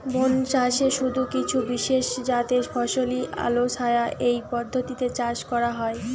বনচাষে শুধু কিছু বিশেষজাতের ফসলই আলোছায়া এই পদ্ধতিতে চাষ করা হয়